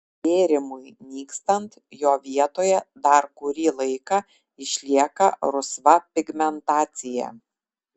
bėrimui nykstant jo vietoje dar kurį laiką išlieka rusva pigmentacija